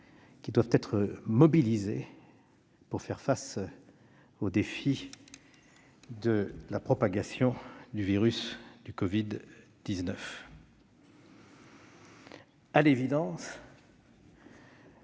qui doivent être mobilisés pour faire face au défi de la propagation du covid-19. À l'évidence